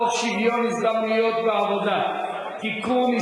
הצעת חוק שוויון ההזדמנויות בעבודה (תיקון,